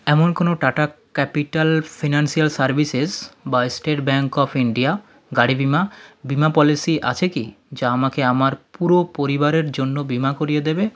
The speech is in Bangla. এমন কোনও টাটা ক্যাপিটাল ফিনান্সিয়াল সার্ভিসেস বা স্টেট ব্যাঙ্ক অফ ইণ্ডিয়া গাড়ি বিমা বিমা পলিসি আছে কি যা আমাকে আমার পুরো পরিবারের জন্য বিমা করিয়ে দেবে